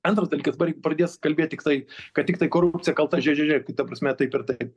antras dalykas dabar juk pradės kalbėti tiktai kad tiktai korupcija kalta žė žė žė ta prasme taip ir taip